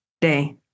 Day